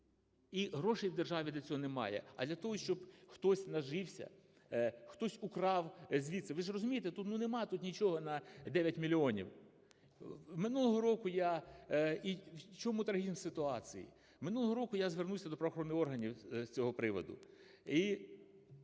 І грошей в державі для цього немає. А для того, щоб хтось нажився, хтось украв звідси… Ви ж розумієте? Тому нема тут нічого на 9 мільйонів. Минулого року я… І в чому трагізм ситуації? Минулого року я звернувся до правоохоронних органів з цього приводу.